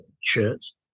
shirts